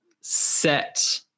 set